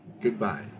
goodbye